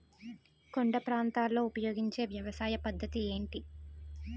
కొండ ప్రాంతాల్లో ఉపయోగించే వ్యవసాయ పద్ధతి ఏంటి?